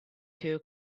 two